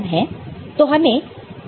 तो हमें इसके मिनटर्म निकालने हैं